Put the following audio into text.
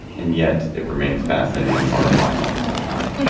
and yet it remains fascinating and horrifying all the same time.